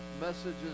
messages